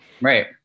Right